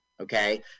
okay